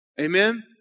Amen